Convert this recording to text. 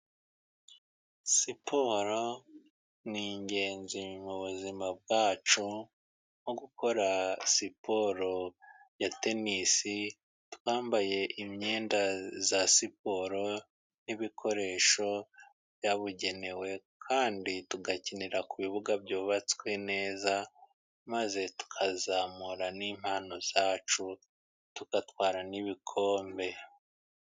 Siporo ni ingenzi mu buzima bwacu. Nko gukora siporo ya tenisi twambaye imyenda ya siporo, n'ibikoresho byabugenewe. Kandi tugakinira ku bibuga byubatswe neza, maze tukazamura n'impano zacu, tugatwara n'ibikombe.